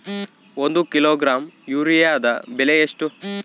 ಒಂದು ಕಿಲೋಗ್ರಾಂ ಯೂರಿಯಾದ ಬೆಲೆ ಎಷ್ಟು?